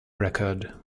record